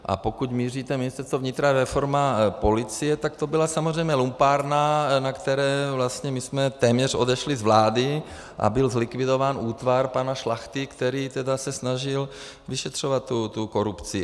A pokud míříte na Ministerstvo vnitra, reforma policie, tak to byla samozřejmě lumpárna, na které vlastně my jsme téměř odešli z vlády, a byl zlikvidován útvar pana Šlachty, který se snažil vyšetřovat korupci.